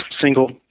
single